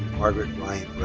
margaret ryan